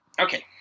Okay